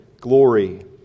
glory